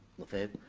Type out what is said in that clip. lefebvre?